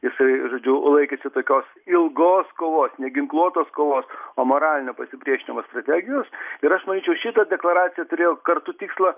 jisai žodžiu laikėsi tokios ilgos kovos neginkluotos kovos o moralinio pasipriešinimo strategijos ir aš manyčiau šita deklaracija turėjo kartu tikslą